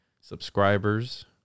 subscribers